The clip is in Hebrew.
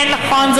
כן, נכון, זה